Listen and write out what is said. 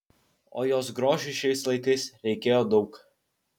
o jos grožiui šiais laikais reikėjo daug